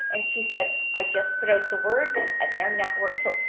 and she said i just put out the word and their network took.